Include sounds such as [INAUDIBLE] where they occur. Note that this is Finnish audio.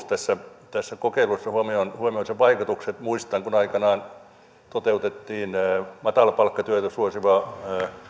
[UNINTELLIGIBLE] tässä tässä kokeilussa riittävä pituus sen vaikutukset huomioiden muistan kun aikanaan toteutettiin matalapalkkatyötä suosiva